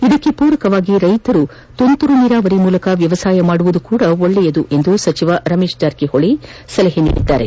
ಇದಕ್ಕೆ ಪೂರಕವಾಗಿ ರೈತರು ತುಂತುರು ನೀರಾವರಿ ಮೂಲಕ ವ್ಯವಸಾಯ ಮಾಡುವುದು ಒಳ್ಳೆಯದು ಎಂದು ಸಚಿವ ರಮೇಶ್ ಜಾರಕಿಹೊಳಿ ಸಲಹೆ ನೀಡಿದರು